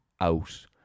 out